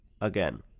Again